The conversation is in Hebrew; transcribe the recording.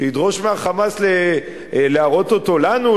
שידרוש מה"המאס" להראות לנו,